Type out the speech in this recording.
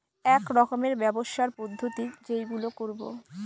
এক রকমের ব্যবসার পদ্ধতি যেইগুলো করবো